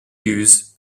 use